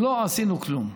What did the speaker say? לא עשינו כלום.